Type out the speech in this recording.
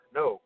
no